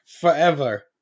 forever